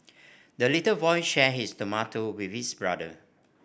the little boy shared his tomato with his brother